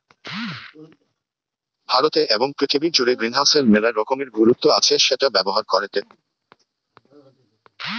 ভারতে এবং পৃথিবী জুড়ে গ্রিনহাউসের মেলা রকমের গুরুত্ব আছে সেটা ব্যবহার করেটে